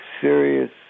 serious